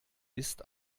ist